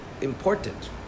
important